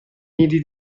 nidi